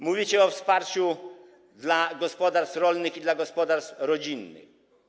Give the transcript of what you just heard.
Mówicie o wsparciu dla gospodarstw rolnych i dla gospodarstw rodzinnych.